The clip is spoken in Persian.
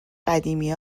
قدیمی